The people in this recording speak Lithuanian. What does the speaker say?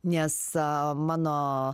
nes mano